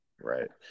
Right